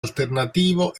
alternativo